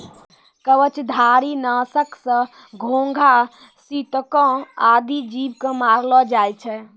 कवचधारी? नासक सँ घोघा, सितको आदि जीव क मारलो जाय छै